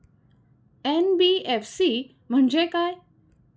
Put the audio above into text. NBFC म्हणजे काय?